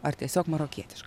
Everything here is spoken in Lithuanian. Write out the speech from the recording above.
ar tiesiog marokietiška